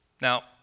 Now